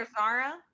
Zara